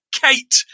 Kate